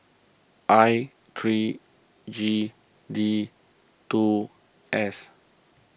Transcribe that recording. I three G D two S